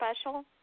special